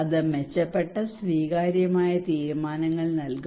അത് മെച്ചപ്പെട്ട സ്വീകാര്യമായ തീരുമാനങ്ങൾ നൽകും